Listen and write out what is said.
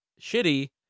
shitty